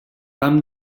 vam